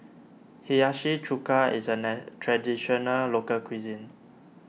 Hiyashi Chuka is a nice Traditional Local Cuisine